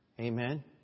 Amen